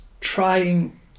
trying